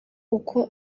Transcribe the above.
uko